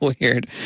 weird